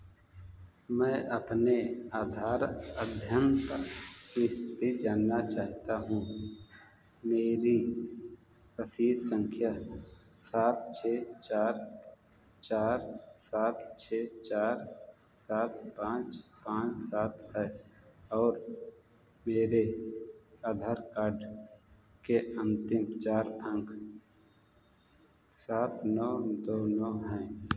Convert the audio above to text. मैं अपने आधार अद्यतन स्थिति जानना चाहता हूँ मेरी रसीद संख्या सात छः चार चार सात छः चार सात पाँच पाँच सात है और मेरे आधार कार्ड के अन्तिम चार अंक सात नौ दो नौ हैं